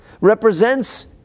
represents